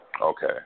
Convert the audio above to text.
Okay